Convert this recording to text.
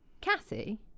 Cathy